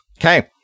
Okay